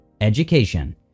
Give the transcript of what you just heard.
Education